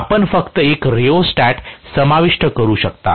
आपण फक्त एक रियोस्टॅट समाविष्ट करू शकता